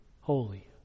holy